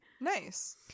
Nice